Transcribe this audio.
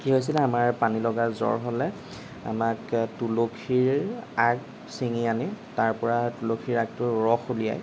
কি হৈছিলে আমাৰ পানীলগা জ্বৰ হ'লে আমাক তুলসীৰ আগ ছিঙি আনি তাৰ পৰা তুলসীৰ আগটো ৰস উলিয়াই